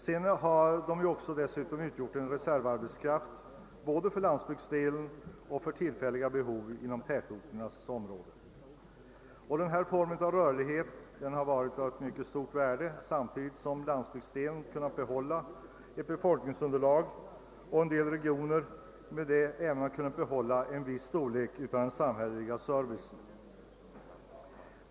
De har dessutom utgjort en reservarbetskraft både för landsbygdsdelen och för tillfälliga behov inom tätorterna. Denna form av rörlighet har varit av mycket stort värde, samtidigt som landsbygdsdelen har kunnat behålla ett befolkningsunderlag i en del regioner och med detta även kunnat behålla en viss storlek av den samhälleliga servicen.